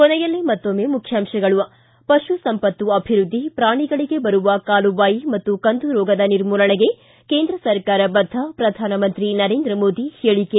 ಕೊನೆಯಲ್ಲಿ ಮತ್ತೊಮ್ಸೆ ಮುಖ್ಯಾಂಶಗಳು ್ಲಿ ಪಶು ಸಂಪತ್ತು ಅಭಿವೃದ್ಧಿ ಪ್ರಾಣಿಗಳಿಗೆ ಬರುವ ಕಾಲುಬಾಯಿ ಮತ್ತು ಕಂದು ರೋಗದ ನಿರ್ಮೂಲನೆಗೆ ಕೇಂದ್ರ ಸರ್ಕಾರ ಬದ್ದ ಪ್ರಧಾನಮಂತ್ರಿ ನರೇಂದ್ರ ಮೋದಿ ಹೇಳಿಕೆ